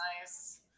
nice